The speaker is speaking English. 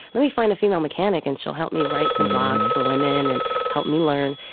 let me find a female mechanic, and she'll help me write some blogs for women and help me learn.